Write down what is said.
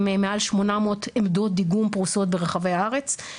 עם מעל 800 עמדות דיגום פרוסות ברחבי הארץ,